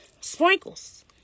sprinkles